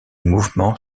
mouvement